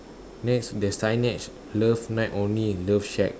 next there's signage one night only love shack